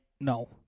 No